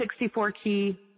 64-key